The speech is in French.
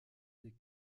des